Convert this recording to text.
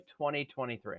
2023